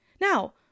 Now